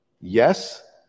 Yes